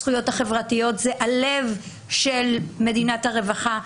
הזכויות החברתיות זה הלב של מדינת הרווחה.